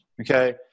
okay